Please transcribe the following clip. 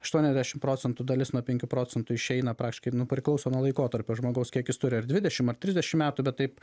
aštuoniasdešimt procentų dalis nuo penkių procentų išeina praktiškai nu priklauso nuo laikotarpio žmogaus kiek jis turi ar dvidešimt ar trisdešimt metų bet taip